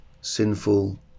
sinful